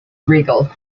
regal